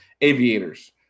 aviators